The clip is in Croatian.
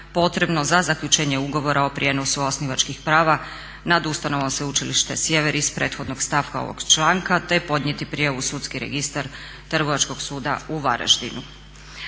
potrebno za zaključenje ugovora o prijenosu osnivačkih prava nad Ustanovom Sveučilište Sjever iz prethodnog stavka ovog članka, te podnijeti prijavu u sudski registar Trgovačkog suda u Varaždinu.